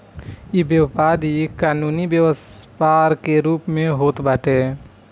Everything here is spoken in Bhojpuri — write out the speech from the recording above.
इ व्यापारी कानूनी व्यापार के रूप में होत बाटे